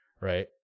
right